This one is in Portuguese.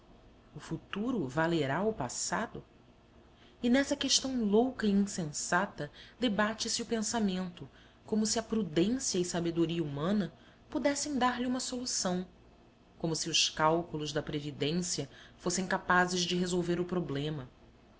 o futuro valerá o passado e nessa questão louca e insensata debate se o pensamento como se a prudência e sabedoria humana pudessem dar-lhe uma solução como se os cálculos da previdência fossem capazes de resolver o problema